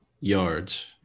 yards